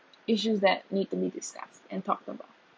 issues that need immediate steps and talked about